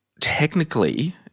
technically